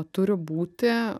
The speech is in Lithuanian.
turi būti